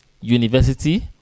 University